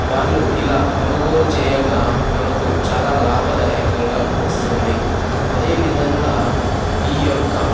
వాళ్ళు ఇలా కొనుగోలు చేయగా మనకు చాలా లాభదాయకంగా వస్తుంది అదే విధంగా ఈ యొక్క